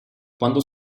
quando